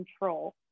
control